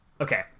Okay